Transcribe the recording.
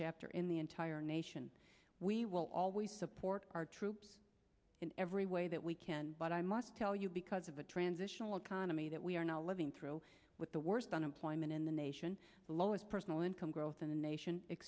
chapter in the entire nation we will always support our troops in every way that we can but i must tell you because of the transitional economy that we are now living through with the worst unemployment in the nation the lowest personal income growth in the nation